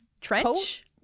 trench